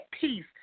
peace